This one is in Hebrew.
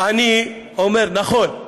אני אומר: נכון,